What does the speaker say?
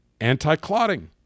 anti-clotting